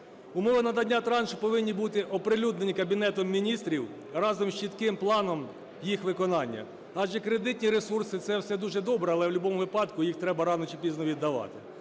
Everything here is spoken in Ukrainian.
Умови надання траншу повинні бути оприлюднені Кабінетом Міністрів разом з чітким планом їх виконання, адже кредитні ресурси – це все дуже добре, але в любому випадку їх треба рано чи пізно віддавати,